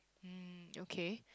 mm okay